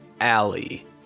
Alley